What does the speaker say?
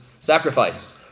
sacrifice